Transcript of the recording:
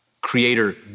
creator